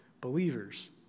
believers